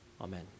amen